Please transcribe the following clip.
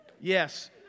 Yes